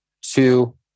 Two